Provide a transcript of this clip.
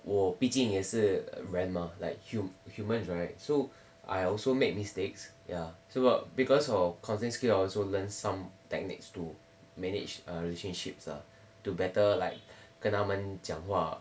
我毕竟也是人吗 like hu~ humans right so I also make mistakes ya so because 我 counselling skills I also learn some techniques to manage err relationships ah to better like 跟他们讲话